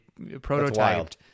prototyped